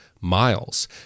miles